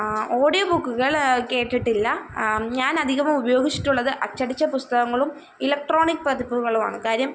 audio ബുക്കുകൾ കേട്ടിട്ടില്ല ഞാന് അധികവും ഉപയോഗിച്ചിട്ടുള്ളത് അച്ചടിച്ച പുസ്തകങ്ങളും ഇലക്ട്രോണിക് പതിപ്പുകളുമാണ് കാര്യം